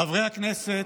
חברי הכנסת,